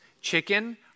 chicken